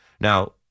Now